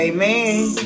Amen